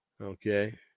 Okay